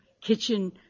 kitchen